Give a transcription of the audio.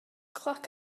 cloc